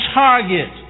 target